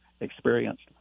experienced